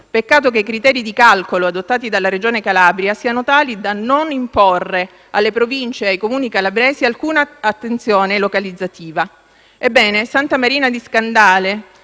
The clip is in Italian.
Peccato che i criteri di calcolo adottati dalla Regione Calabria siano tali da non imporre alle Province e ai Comuni calabresi alcuna attenzione localizzativa. Ebbene, Santa Marina di Scandale